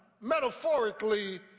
metaphorically